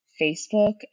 Facebook